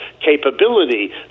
capability